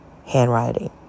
Handwriting